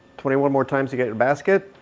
twenty one more times to get your basket.